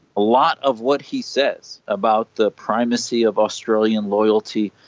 a lot of what he says about the primacy of australian loyalty,